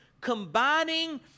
combining